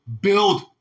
build